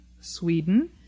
Sweden